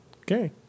Okay